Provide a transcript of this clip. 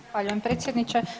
Zahvaljujem predsjedniče.